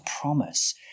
promise